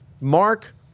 Mark